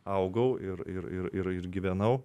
augau ir ir ir ir ir gyvenau